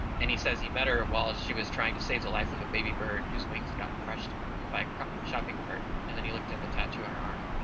and he says he met her while she was trying to save the life of a baby bird whose wings gotten crushed by a shopping cart, and then he looked at the tattoo on her arm,